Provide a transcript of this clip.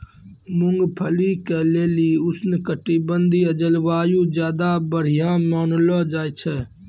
मूंगफली के लेली उष्णकटिबंधिय जलवायु ज्यादा बढ़िया मानलो जाय छै